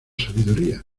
sabiduría